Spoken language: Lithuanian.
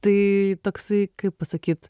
tai toksai kaip pasakyt